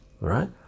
right